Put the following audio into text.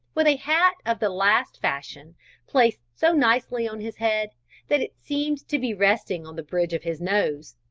with a hat of the last fashion placed so nicely on his head that it seemed to be resting on the bridge of his nose,